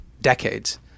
decades